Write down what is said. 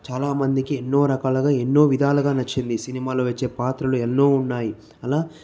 చాలామందికి ఎన్నో రకాలుగా ఎన్నో విధాలుగా నచ్చింది సినిమా ల్లో వచ్చే పాత్రలు ఎన్నో ఉన్నాయి అలా